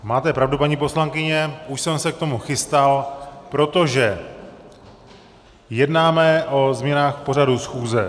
Máte pravdu, paní poslankyně, už jsem se k tomu chystal, protože jednáme o změnách pořadu schůze.